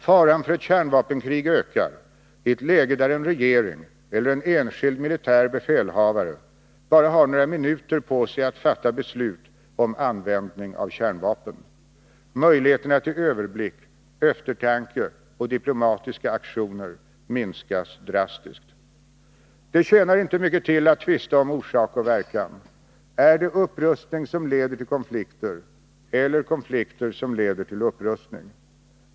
Faran för ett kärnvapenkrig ökar i ett läge där en regering eller en enskild militär befälhavare bara har några minuter på sig att fatta beslut om användning av kärnvapen. Möjligheterna till överblick, eftertanke och diplomatiska aktioner minskas drastiskt. Det tjänar inte mycket till att tvista om orsak och verkan: Är det upprustning som leder till konflikter eller konflikter som leder till upprustning?